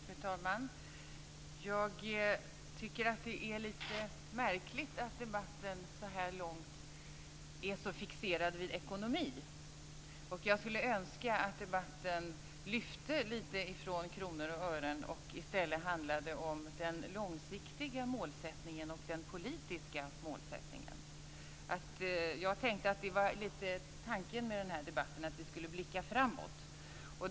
Fru talman! Jag tycker att det är lite märkligt att debatten så här långt är så fixerad vid ekonomi. Jag skulle önska att debatten lyfte lite grann från kronor och ören och i stället handlade om den långsiktiga målsättningen och den politiska målsättningen. Jag tänkte att det var lite av tanken med denna debatt, att vi skulle blicka framåt.